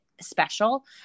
special